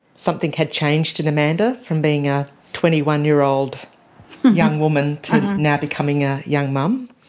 something had changed in amanda from being a twenty one year old young woman to now becoming a young mum,